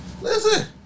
listen